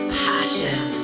passion